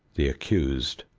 the accused,